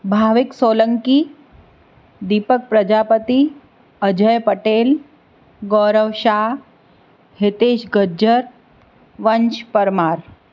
Bhavik Solanki Deepak Prajapati Ajay Patel Gaurav Shah Hitesh Gajjar Vansh Parmar